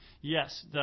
Yes